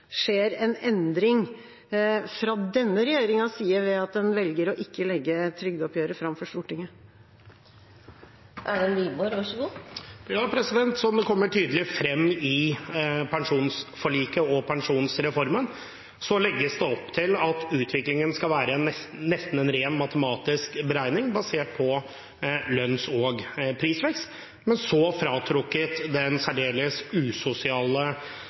skjer en endring fra denne regjeringas side ved at en velger å ikke legge trygdeoppgjøret fram for Stortinget. Som det kommer tydelig frem i pensjonsforliket og pensjonsreformen, legges det opp til at utviklingen skal være nesten en ren matematisk beregning basert på lønns- og prisvekst, men fratrukket den særdeles usosiale